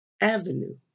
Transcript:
Avenue